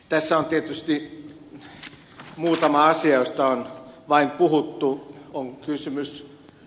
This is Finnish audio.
tässä on tietysti vain muutama asia joista on puhuttu